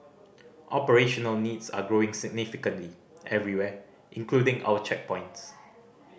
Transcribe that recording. operational needs are growing significantly everywhere including our checkpoints